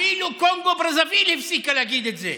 אפילו קונגו-ברזוויל הפסיקה להגיד את זה,